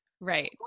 Right